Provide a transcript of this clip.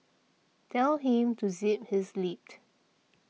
tell him to zip his lip